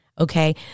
Okay